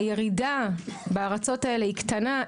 והירידה בארצות האלה היא קטנה,